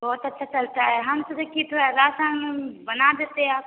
बहुत अच्छा चलता है हम सोचे कि थोड़ा राशन बना देते आप